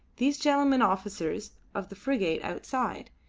these gentlemen, officers of the frigate outside,